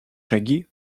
шаги